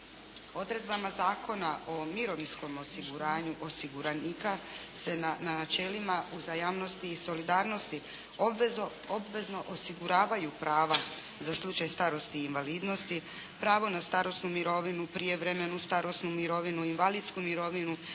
Odredbama Zakona o mirovinskom osiguranju osiguranika se na načelima uzajamnosti i solidarnosti obvezno osiguravaju prava za slučaj starosti i invalidnosti, pravo na starosnu mirovinu, prijevremenu starosnu mirovinu, invalidsku mirovinu,